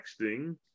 texting